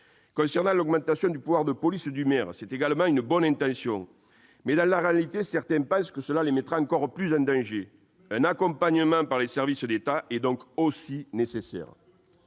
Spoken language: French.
loin. L'augmentation du pouvoir de police du maire est également une bonne intention. Toutefois, dans la réalité, certains pensent que cela les mettra encore plus en danger. Mais non ! Un accompagnement par les services d'État est donc nécessaire.